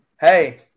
Hey